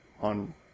on